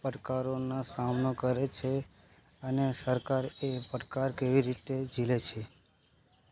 પડકારોના સામનો કરે છે અને સરકાર એ પડકાર કેવી રીતે ઝીલે છે